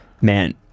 Man